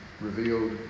revealed